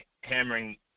hammering